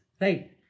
Right